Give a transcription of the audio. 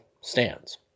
stands